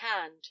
hand